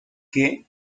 qué